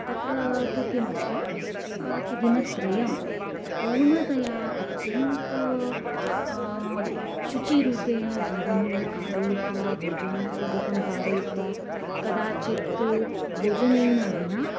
तत्र तु किमस्ति कि दिनत्रयं पूर्णतया अत्यन्तेन शुचिरूपेण जीवनं कारयित्वा भोजनादिकं कारयित्वा कदाचित् तु भोजनेन विना